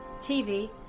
tv